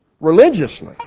religiously